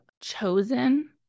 chosen